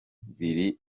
biri